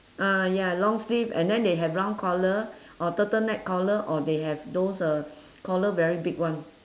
ah ya long sleeve and then they have round collar or turtleneck collar or they have those uh collar very big one